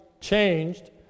changed